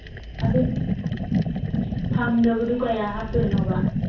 ꯑꯗꯨ ꯐꯪꯗꯕꯗꯣ ꯀꯌꯥ ꯍꯥꯞꯇꯣꯏꯅꯣꯕ